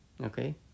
okay